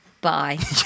Bye